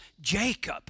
Jacob